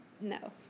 No